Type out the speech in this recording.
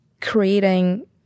creating